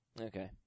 Okay